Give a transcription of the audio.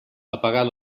apagar